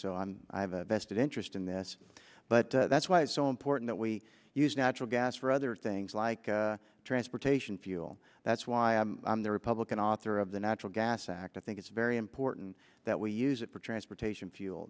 so i have a vested interest in this but that's why it's so important that we use natural gas for other things like transportation fuel that's why the republican author of the natural gas act i think it's very important that we use it for transportation fuel